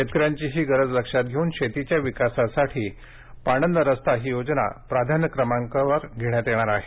शेतकऱ्यांची ही गरज लक्षात घेऊन शेतीच्या विकासासाठी पाणंद रस्ता ही योजना प्राधान्य क्रमावर घेण्यात येणार आहे